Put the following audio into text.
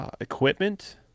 equipment